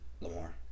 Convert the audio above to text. Lamar